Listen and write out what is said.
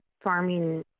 farming